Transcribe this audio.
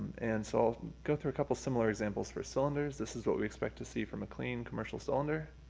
and so i'll go through a couple similar examples for cylinders. this is what we expect to see from a clean commercial cylinder.